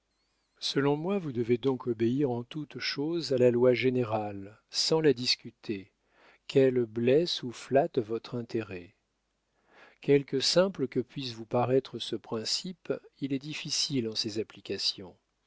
selon moi vous devez donc obéir en toute chose à la loi générale sans la discuter qu'elle blesse ou flatte votre intérêt quelque simple que puisse vous paraître ce principe il est difficile en ses applications